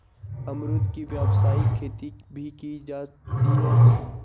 अमरुद की व्यावसायिक खेती भी की जाती है